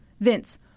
Vince